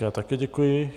Já také děkuji.